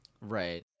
Right